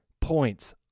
points